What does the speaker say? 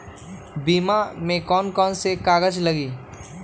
बीमा में कौन कौन से कागज लगी?